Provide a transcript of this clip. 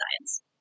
science